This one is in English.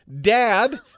Dad